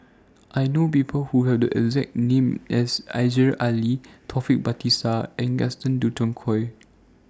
I know People Who Have The exact name as Aziza Ali Taufik Batisah and Gaston Dutronquoy